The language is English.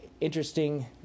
interesting